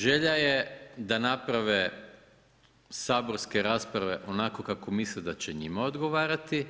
Želja je da naprave saborske rasprave onako kako misle da će njima odgovarati